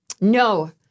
No